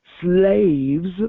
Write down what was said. slaves